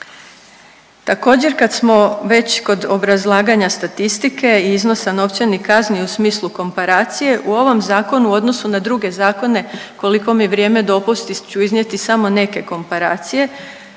Također, kad smo već kod obrazlaganja statistike i iznosa novčanih kazni u smislu komparacije, u ovom Zakonu u odnosu na druge zakone, koliko mi vrijeme dopusti ću iznijeti samo neke komparacije.